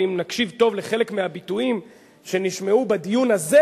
ואם נקשיב טוב לחלק מהביטויים שנשמעו בדיון הזה,